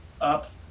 up